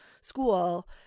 school